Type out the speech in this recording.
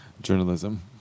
Journalism